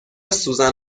سوزن